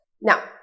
now